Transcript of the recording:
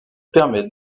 permet